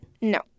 No